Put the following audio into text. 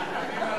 הבדל.